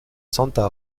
santa